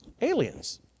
Aliens